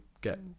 get